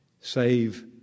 save